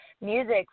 music